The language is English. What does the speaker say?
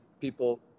people